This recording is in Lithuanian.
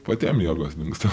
patiem jėgos dingsta